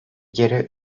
geri